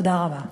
תודה רבה.